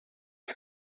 que